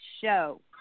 show